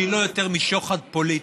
שהיא לא יותר משוחד פוליטי,